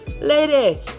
Lady